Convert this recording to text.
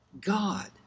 God